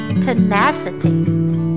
tenacity